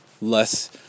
less